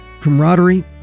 camaraderie